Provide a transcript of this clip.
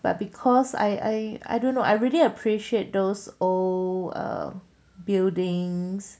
but because I I I don't know I really appreciate those old or buildings